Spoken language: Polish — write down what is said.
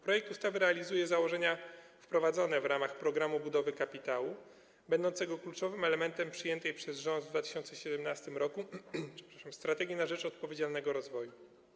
Projekt ustawy realizuje założenia wprowadzone w ramach „Programu budowy kapitału” będącego kluczowym elementem przyjętej przez rząd w 2017 r. „Strategii na rzecz odpowiedzialnego rozwoju”